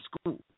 school